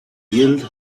yield